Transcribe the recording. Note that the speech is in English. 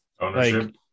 Ownership